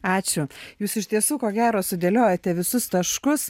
ačiū jūs iš tiesų ko gero sudėliojote visus taškus